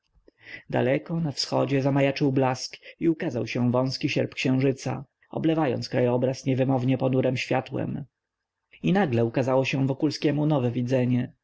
daleko na wschodzie zamajaczył blask i ukazał się wąski sierp księżyca oblewając krajobraz niewymownie ponurem światłem i nagle ukazało się wokulskiemu nowe widzenie